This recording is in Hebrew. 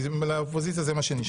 כי לאופוזיציה זה מה שנשאר,